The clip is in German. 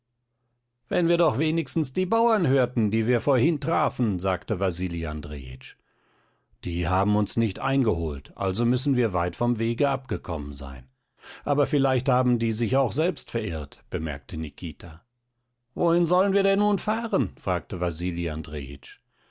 wenn wir doch wenigstens die bauern hörten die wir vorhin trafen sagte wasili andrejitsch die haben uns nicht eingeholt also müssen wir weit vom wege abgekommen sein aber vielleicht haben die sich auch selbst verirrt bemerkte nikita wohin sollen wir denn nun fahren fragte